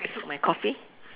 I took my coffee